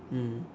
mm